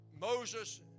Moses